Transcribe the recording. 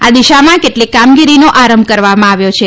આ દિશામાં કેટલીક કામગીરીનો આરંભ કરવામાં આવ્યો છે